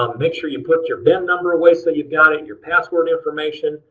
um make sure you put your ben number away so you've got it, your password information,